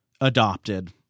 adopted